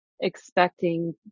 expecting